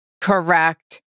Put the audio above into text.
correct